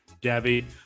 Debbie